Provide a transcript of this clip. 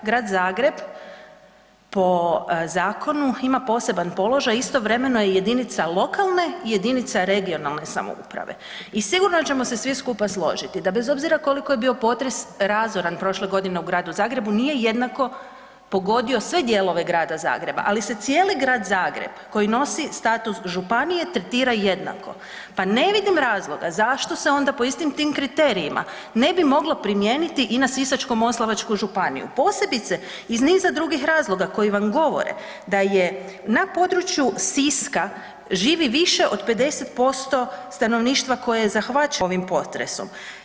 Grad Zagreb po zakonu ima poseban položaj, istovremeno je jedinica lokalne i jedinica regionalne samouprave i sigurno da ćemo svi skupa složiti da bez obzira koliko je bio potres razoran prošle godine u gradu Zagrebu, nije jednako pogodio sve dijelove grada Zagreba ali se cijeli grad Zagreb koji nosi status županije, tretira jednako pa ne vidim razloga zašto se onda po istim tim kriterijima ne bi moglo primijeniti i na Sisačko-moslavačku županiju posebice iz niza drugih razloga koji vam govore da je na području Siska živi više od 50% stanovništva koje je zahvaćeno ovim potresom.